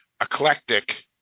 eclectic